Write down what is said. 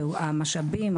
המשאבים,